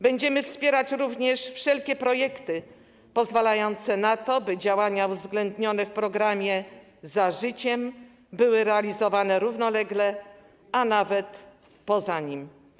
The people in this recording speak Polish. Będziemy wspierać również wszelkie projekty pozwalające na to, by działania uwzględnione w programie „Za życiem” były realizowane równolegle, a nawet poza nim.